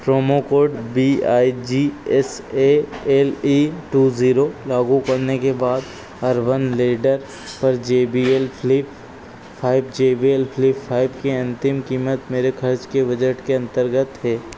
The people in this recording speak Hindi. promo code B I G S A L E two zero लागू करने के बाद अर्बन लैडर पर J B L Flip five J B L Flip five की अंतिम कीमत मेरे खर्च के बजट के अंतर्गत है